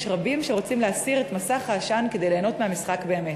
יש רבים שרוצים להסיר את מסך העשן כדי ליהנות מהמשחק באמת.